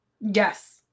Yes